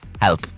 help